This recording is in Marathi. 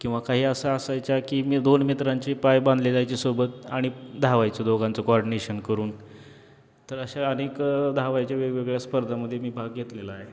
किंवा काही असा असायच्या की मी दोन मित्रांची पाय बांधले जायच्या सोबत आणि धावायचं दोघांचं कॉर्डिनेशन करून तर अशा अनेक धावायच्या वेगवेगळ्या स्पर्धामध्ये मी भाग घेतलेला आहे